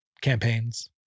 campaigns